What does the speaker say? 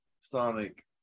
Sonic